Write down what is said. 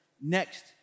next